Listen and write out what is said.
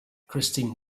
christine